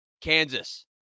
Kansas